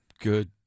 good